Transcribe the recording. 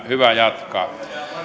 hyvä jatkaa